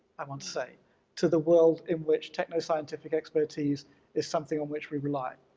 i want to say to the world in which technoscientific expertise is something on which we rely.